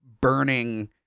burning